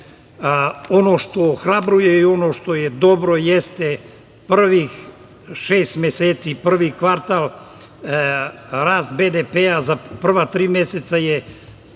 Ono što ohrabruje i ono što je dobro jeste prvih šest meseci, prvi kvartal, rast BDP za prva tri meseca je